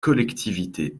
collectivités